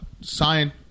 science